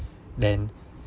then